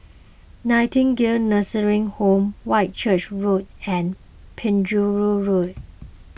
Nightingale Nursing Home Whitchurch Road and Penjuru Road